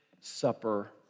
supper